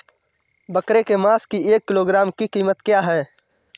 बकरे के मांस की एक किलोग्राम की कीमत क्या है?